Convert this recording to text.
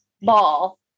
ball